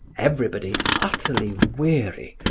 everybody, utterly weary,